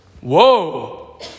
whoa